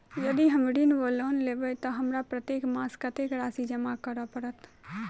यदि हम ऋण वा लोन लेबै तऽ हमरा प्रत्येक मास कत्तेक राशि जमा करऽ पड़त?